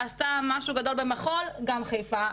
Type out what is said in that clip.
עשתה משהו גדול במחול- חיפה,